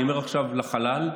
אני אומר עכשיו לחלל.